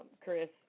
Chris